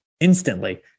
Instantly